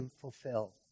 fulfilled